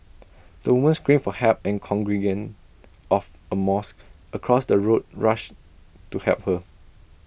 the woman screamed for help and congregants of A mosque across the road rushed to help her